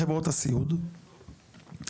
חברות הסיעוד בבית